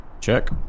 Check